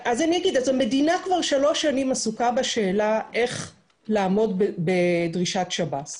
המדינה כבר שלוש שנים עסוקה בשאלה איך לעמוד בדרישת שב"ס,